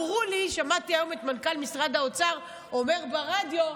שמעתי היום את מנכ"ל משרד האוצר אומר ברדיו: